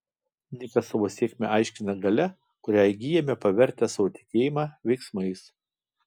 nikas savo sėkmę aiškina galia kurią įgyjame pavertę savo tikėjimą veiksmais